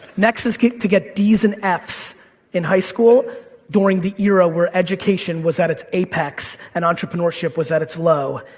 next is to get d's and f's in high school during the era where education was at its apex, and entrepreneurship was at its low,